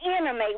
enemy